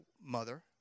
mother